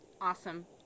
Awesome